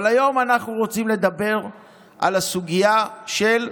אבל היום אנחנו רוצים לדבר על הסוגיה של,